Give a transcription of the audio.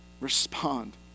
respond